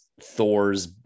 Thor's